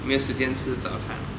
没有时间吃早餐